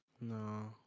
No